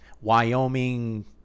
Wyoming